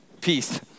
peace